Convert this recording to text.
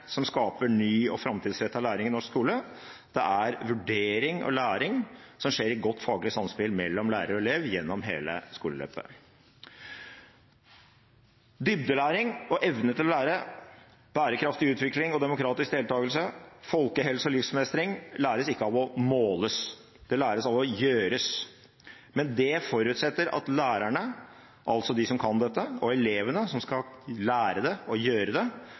vurdering og læring som skjer i godt faglig samspill mellom lærer og elev gjennom hele skoleløpet. Dybdelæring og evne til å lære, bærekraftig utvikling og demokratisk deltakelse, folkehelse og livsmestring læres ikke av å måles, det læres av å gjøres. Men det forutsetter at lærerne, altså de som kan dette, og elevene, som skal lære det og gjøre det,